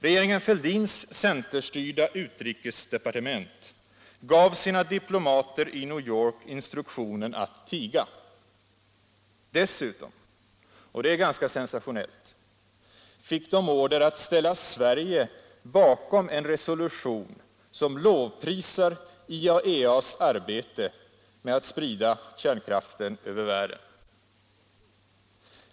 Regeringen Fälldins centerstyrda utrikesdepartement gav sina diplomater i New York instruktionen att tiga. Dessutom — och det är ganska sensationellt — fick de order att ställa Sverige bakom en resolution som lovprisar IAEA:s arbete med att sprida kärnkraften över världen.